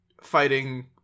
fighting